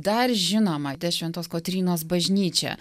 dar žinoma ties šventos kotrynos bažnyčia